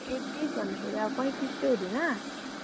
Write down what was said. ए तिस भन्दाखेरि अब पैँतिस चाहिँ हुँदैन